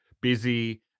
busy